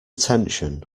tension